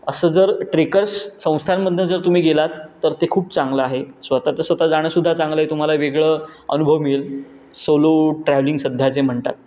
असं जर ट्रेकर्स संस्थांमधनं जर तुम्ही गेलात तर ते खूप चांगलं आहे स्वतःचं स्वतः जाणंसुद्धा चांगलं आहे तुम्हाला वेगळं अनुभव मिळेल सोलो ट्रॅव्हलिंग सध्या जे म्हणतात